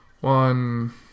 one